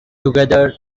together